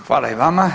Hvala i vama.